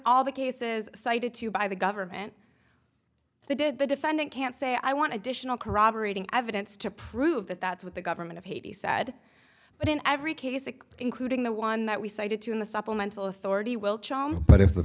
all the cases cited to by the government they did the defendant can't say i want to dish and corroborating evidence to prove that that's what the government of haiti said but in every case including the one that we cited to in the supplemental authority will but if the